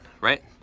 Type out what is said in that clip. right